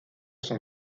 son